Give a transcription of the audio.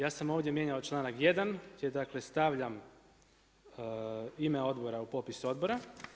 Ja sam ovdje mijenjao članak 1. gdje dakle stavljam ime odbora u popis odbora.